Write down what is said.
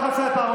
מפלגה של הסתה.